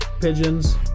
pigeons